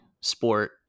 sport